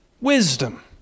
wisdom